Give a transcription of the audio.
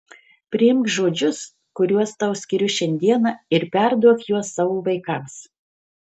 priimk žodžius kuriuos tau skiriu šiandieną ir perduok juos savo vaikams